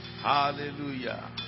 Hallelujah